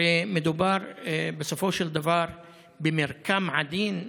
הרי מדובר בסופו של דבר במרקם עדין,